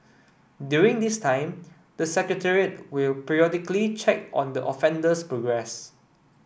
during this time the Secretariat will periodically check on the offender's progress